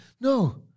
no